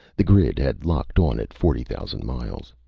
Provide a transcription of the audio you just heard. the grid had locked on at forty thousand miles.